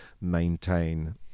maintain